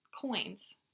coins